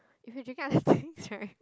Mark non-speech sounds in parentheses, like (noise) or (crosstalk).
if we drinking other (laughs) things right